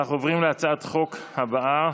יש לנו 17 בעד,